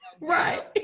right